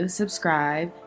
subscribe